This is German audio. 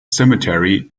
cemetery